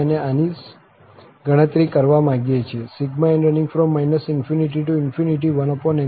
અમે આની ગણતરી કરવા માંગીએ છીએ ∑∞ 1n21